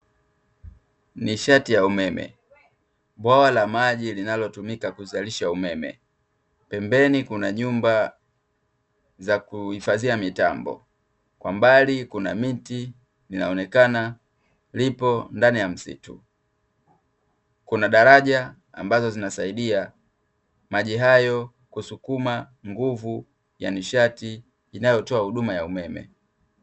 Nishati ya umeme bwawa la maji linalotumika kuzalisha umeme, pembeni kuna nyumba za kuhifadhia mitambo, kwa mbali kuna miti inaonekana lipo ndani ya msitu, kuna daraja ambazo zinasaidia maji hayo kusukuma nguvu ya nishati inayotoa huduma ya umeme.